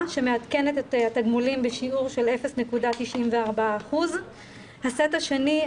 שמעדכנת את התגמולים בשיעור של 0.94%. הסט השני,